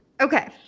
Okay